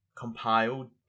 compiled